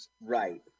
Right